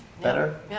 better